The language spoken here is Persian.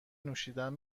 نوشیدن